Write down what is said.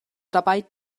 dabei